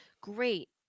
Great